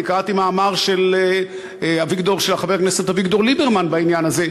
אני קראתי מאמר של חבר הכנסת אביגדור ליברמן בעניין הזה,